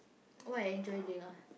what I enjoy doing ah